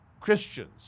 Christians